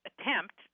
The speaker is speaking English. attempt